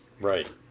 Right